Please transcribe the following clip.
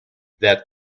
that